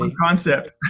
concept